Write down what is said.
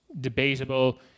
debatable